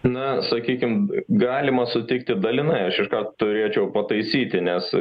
na sakykim galima sutikti dalinai aš ir ką turėčiau pataisyti nes